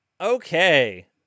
Okay